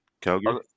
Calgary